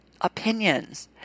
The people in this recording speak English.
opinions